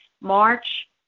March